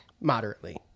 moderately